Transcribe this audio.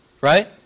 right